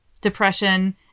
depression